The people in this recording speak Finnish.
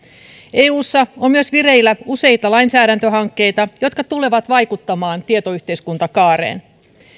eussa on vireillä useita lainsäädäntöhankkeita jotka tulevat vaikuttamaan tietoyhteiskuntakaareen